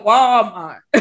Walmart